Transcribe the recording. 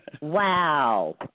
Wow